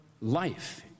life